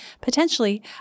potentially